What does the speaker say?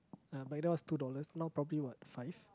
ya back then was two dollars now probably what five